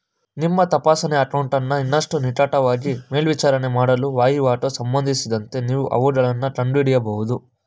ನಿಮ್ಮ ತಪಾಸಣೆ ಅಕೌಂಟನ್ನ ಇನ್ನಷ್ಟು ನಿಕಟವಾಗಿ ಮೇಲ್ವಿಚಾರಣೆ ಮಾಡಲು ವಹಿವಾಟು ಸಂಬಂಧಿಸಿದಂತೆ ನೀವು ಅವುಗಳನ್ನ ಕಂಡುಹಿಡಿಯಬಹುದು